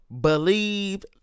believe